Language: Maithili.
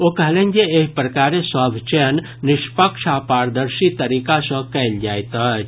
ओ कहलनि जे एहि प्रकारें सभ चयन निष्पक्ष आ पारदर्शी तरीका सॅ कयल जाइत अछि